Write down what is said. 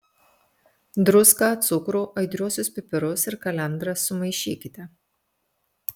druską cukrų aitriuosius pipirus ir kalendras sumaišykite